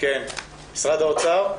מי ממשרד האוצר אתנו?